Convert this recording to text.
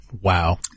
Wow